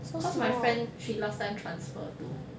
cause my friend she last time transfer too